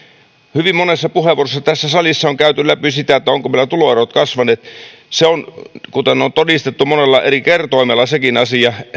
hyvin monessa puheenvuorossa tässä salissa on käyty läpi sitä ovatko meillä tuloerot kasvaneet kuten on todistettu monella eri kertoimella sekin asia